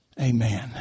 amen